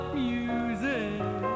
music